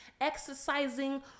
exercising